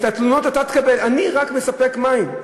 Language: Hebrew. את התלונות אתה תקבל, אני רק מספק מים.